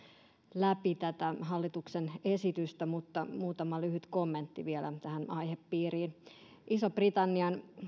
läpi tätä hallituksen esitystä mutta muutama lyhyt kommentti vielä tähän aihepiiriin ison britannian